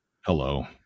hello